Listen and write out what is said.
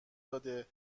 داده